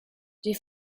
die